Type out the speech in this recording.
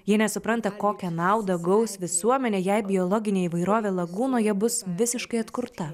jie nesupranta kokią naudą gaus visuomenė jei biologinė įvairovė lagūnoje bus visiškai atkurta